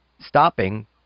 stopping